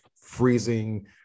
freezing